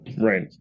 right